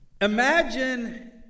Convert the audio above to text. Imagine